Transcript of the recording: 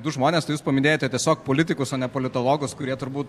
du žmonės tai jūs paminėjote tiesiog politikus o ne politologus kurie turbūt